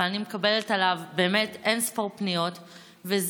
אבל אני מקבלת באמת אין-ספור פניות עליו,